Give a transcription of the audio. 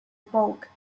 bulk